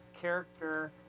character